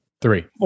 Three